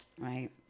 Right